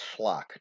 schlock